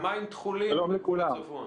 שלום לכולם.